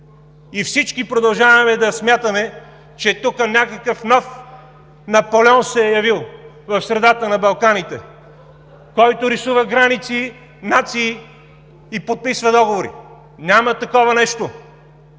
И всички продължаваме да смятаме, че тук някакъв нов Наполеон се е явил в средата на Балканите, който рисува граници, нации и подписва договори. Няма такова нещо!